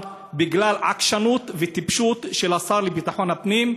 בגלל עקשנות וטיפשות של השר לביטחון הפנים,